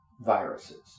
viruses